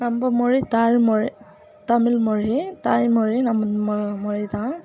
நம்ப மொழி தாய் மொழி தமிழ் மொழி தாய் மொழி நம்ப ம மொழி தான்